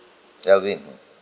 alvin mm